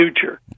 future